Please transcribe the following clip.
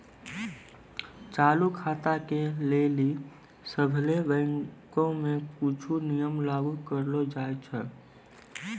चालू खाता के लेली सभ्भे बैंको मे कुछो नियम लागू करलो जाय छै